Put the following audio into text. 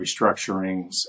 restructurings